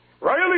Riley